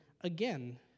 again